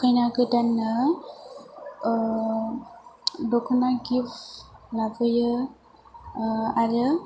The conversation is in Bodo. खैना गोदाननो दख'ना गिफ्टस लाबोयो आरो